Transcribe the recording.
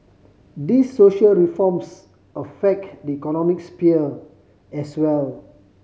these social reforms affect the economic sphere as well